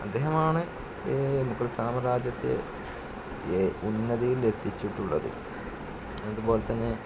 അദ്ദേഹമാണ് ഈ മുഗൾസാമ്രാജ്യത്തെ ഉന്നതിയിൽ എത്തിച്ചിട്ടുള്ളത് അതുപോലെ തന്നെ